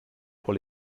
pour